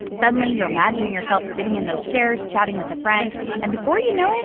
suddenly, you're imagining yourself sitting in those chairs, chatting with a friend. and before you know it,